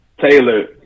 Taylor